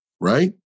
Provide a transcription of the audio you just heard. Right